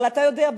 אבל אתה יודע,